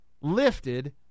lifted